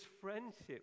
friendship